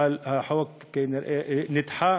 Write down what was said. אבל החוק נדחה,